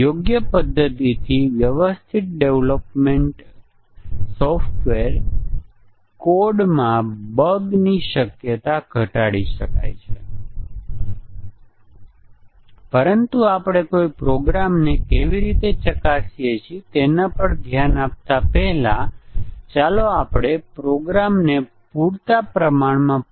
મોટી સંખ્યામાં મ્યુટન્ટ ઉત્પન્ન કરો અને પછી આપણા ટેસ્ટીંગ કેસોનો ઉપયોગ કરીને આપણે મ્યુટન્ટ નું ટેસ્ટીંગ કરીએ છીએ અને જો કેટલાક ટેસ્ટીંગ કેસો મ્યુટેડ કાર્યક્રમ માટે ભરે છે તો આપણે કહીએ છીએ કે મ્યુટન્ટ મરી ગયું છે આપણા ટેસ્ટીંગ કેસો જે આપણે ડિઝાઇન કર્યા છે તે પૂરતા પ્રમાણમાં સારા છે